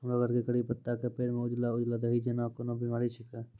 हमरो घर के कढ़ी पत्ता के पेड़ म उजला उजला दही जेना कोन बिमारी छेकै?